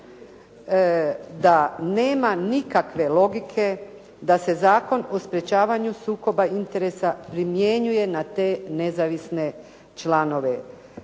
da nema nikakve logike da se Zakon o sprječavanju sukoba interesa primjenjuje na te nezavisne članove